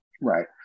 Right